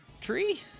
tree